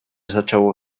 zaczęło